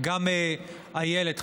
גם איילת,